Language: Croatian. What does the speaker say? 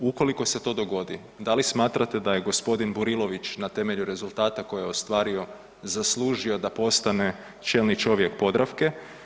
Ukoliko se to dogodi, da li smatrate da je gospodin Burilović na temelju rezultata koje je ostvario zaslužio da postane čelni čovjek Podravke?